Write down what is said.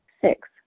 Six